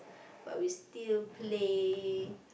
but we still play